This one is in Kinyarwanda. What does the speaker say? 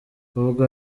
ubwo